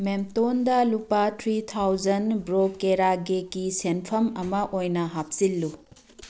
ꯃꯦꯝꯇꯣꯟꯗ ꯂꯨꯄꯥ three thousand ꯕ꯭ꯔꯣꯀꯦꯔꯥꯒꯤꯀꯤ ꯁꯦꯟꯐꯝ ꯑꯃ ꯑꯣꯏꯅ ꯍꯥꯞꯆꯤꯜꯂꯨ